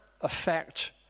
affect